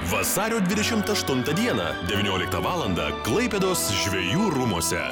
vasario dvidešimt aštuntą dieną devynioliktą valandą klaipėdos žvejų rūmuose